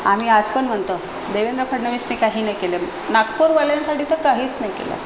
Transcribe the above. आम्ही आजपण म्हणतो देवेंद्र फडणवीसनी काही नाही केलं नागपूरवाल्यांसाठी तर काहीच नाही केलं